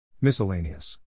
Miscellaneous